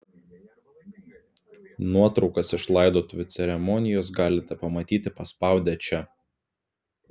nuotraukas iš laidotuvių ceremonijos galite pamatyti paspaudę čia